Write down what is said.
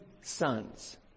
sons